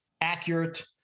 accurate